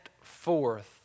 forth